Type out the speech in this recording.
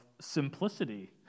simplicity